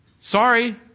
sorry